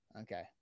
Okay